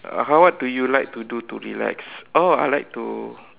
uh how what do you like to do to relax oh I like to